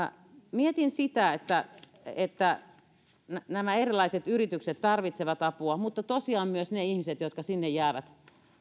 mietin että että erilaiset yritykset tarvitsevat apua mutta tosiaan myös ne ihmiset jotka sinne jäävät